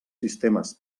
sistemes